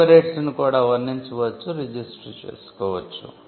copyrights ను కూడా వర్ణించవచ్చురిజిస్టర్ చేసుకోవచ్చు